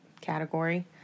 category